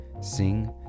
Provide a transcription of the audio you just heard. sing